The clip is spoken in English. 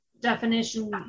definition